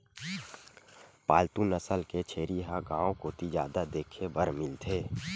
पालतू नसल के छेरी ह गांव कोती जादा देखे बर मिलथे